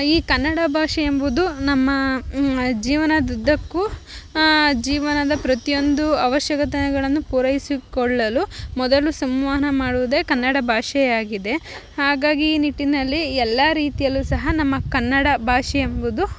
ಈ ಕನ್ನಡ ಭಾಷೆ ಎಂಬುದು ನಮ್ಮ ಜೀವನದುದ್ದಕ್ಕೂ ಜೀವನದ ಪ್ರತಿಯೊಂದು ಅವಶ್ಯಕತೆಗಳನ್ನು ಪೂರೈಸಿಕೊಳ್ಳಲು ಮೊದಲು ಸಂವಹನ ಮಾಡುವುದೆ ಕನ್ನಡ ಭಾಷೆಯಾಗಿದೆ ಹಾಗಾಗಿ ಈ ನಿಟ್ಟಿನಲ್ಲಿ ಎಲ್ಲ ರೀತಿಯಲ್ಲು ಸಹ ನಮ್ಮ ಕನ್ನಡ ಭಾಷೆ ಎಂಬುದು